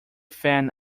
fan